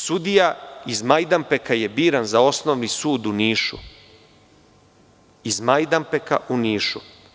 Sudija iz Majdanpeka je biran za Osnovni sud u Nišu, iz Majdanpeka u Nišu.